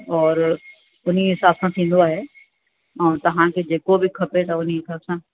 और उन्ही हिसाब सां थींदो आहे ऐं तव्हांखे जेको बि खपे त उन्ही हिसाब सां